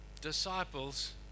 disciples